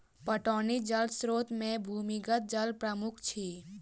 पटौनी जल स्रोत मे भूमिगत जल प्रमुख अछि